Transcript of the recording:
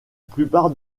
plupart